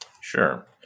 Sure